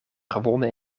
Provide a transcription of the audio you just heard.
gewonnen